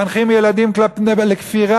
מחנכים ילדים לכפירה,